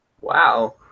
Wow